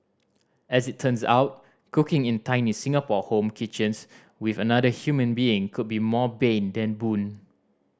as it turns out cooking in tiny Singapore home kitchens with another human being could be more bane than boon